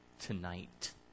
tonight